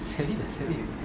சரிசரி:sari sari